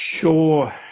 sure